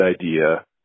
idea